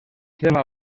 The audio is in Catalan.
seva